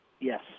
Yes